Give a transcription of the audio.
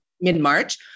mid-march